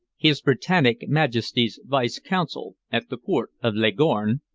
his britannic majesty's vice-consul at the port of leghorn,